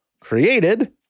created